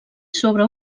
sobre